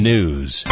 News